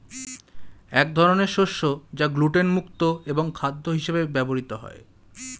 এক ধরনের শস্য যা গ্লুটেন মুক্ত এবং খাদ্য হিসেবে ব্যবহৃত হয়